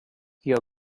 your